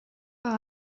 par